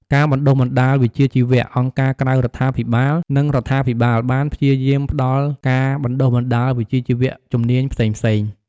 ការបណ្ដុះបណ្ដាលវិជ្ជាជីវៈ អង្គការក្រៅរដ្ឋាភិបាល និងរដ្ឋាភិបាលបានព្យាយាមផ្ដល់ ការបណ្ដុះបណ្ដាលវិជ្ជាជីវៈ ជំនាញផ្សេងៗ។